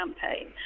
campaign